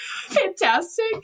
fantastic